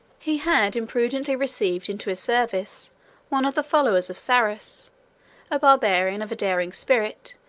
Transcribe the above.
he had imprudently received into his service one of the followers of sarus a barbarian of a daring spirit,